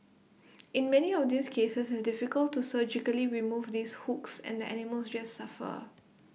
in many of these cases it's difficult to surgically remove these hooks and the animals just suffer